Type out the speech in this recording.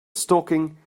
stalking